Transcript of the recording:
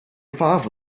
five